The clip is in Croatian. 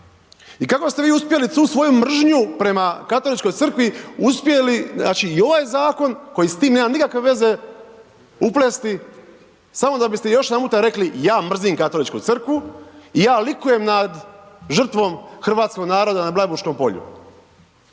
i kako ste vi uspjeli tu svoju mržnju prema Katoličkoj crkvi uspjeli, znači i ovaj zakon koji s tim nema nikakve veze uplesti samo da biste još jedanputa rekli ja mrzim Katoličku crkvu, ja likujem nad žrtvom hrvatskog naroda na Blajburškom polju.